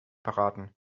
beraten